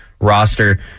roster